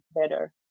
better